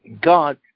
God